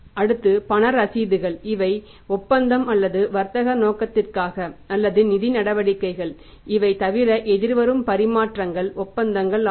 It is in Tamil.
அடுத்து பண ரசீதுகள் இவை ஒப்பந்தம் அல்லது வர்த்தக நோக்கத்திற்காக அல்லது நிதி நடவடிக்கைகள் இவை தவிர எதிர்வரும் பரிமாற்றங்கள் ஒப்பந்தங்கள் ஆகும்